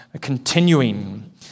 continuing